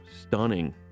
stunning